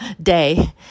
day